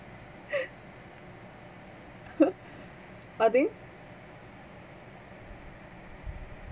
I think